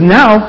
now